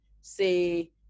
say